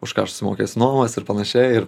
už ką aš suvokęs nuomos ir pan ir